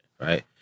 right